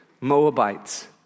Moabites